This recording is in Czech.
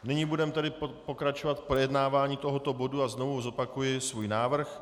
Nyní budeme tedy pokračovat v projednávání tohoto bodu a znovu zopakuji svůj návrh.